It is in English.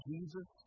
Jesus